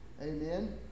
Amen